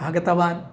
आगतवान्